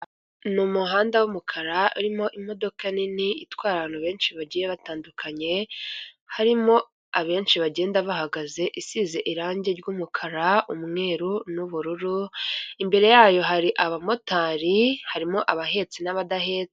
Ni umuhanda w'umukara urimo imodoka nini itwara abantu benshi bagiye batandukanye, harimo abenshi bagenda bahagaze, isize irangi ry'umukara, umweru n'ubururu, imbere yayo hari abamotari, harimo abahetse n'abadahetse